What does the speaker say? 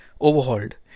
overhauled